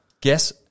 Guess